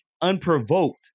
unprovoked